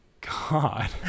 god